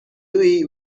louie